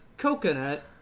coconut